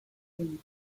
been